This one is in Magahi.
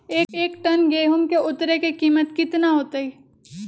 एक टन गेंहू के उतरे के कीमत कितना होतई?